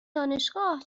دانشگاه